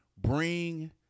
Bring